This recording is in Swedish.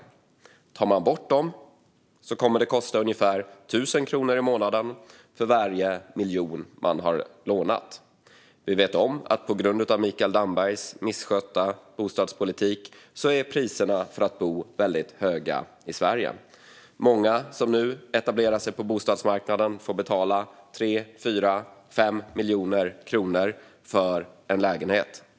Om man tar bort dem kommer det att kosta ungefär 1 000 kronor i månaden för varje miljon som man har lånat. Vi vet att priserna för att bo är väldigt höga i Sverige på grund av Mikael Dambergs misskötta bostadspolitik. Många som nu etablerar sig på bostadsmarknaden får betala 3, 4 eller 5 miljoner kronor för en lägenhet.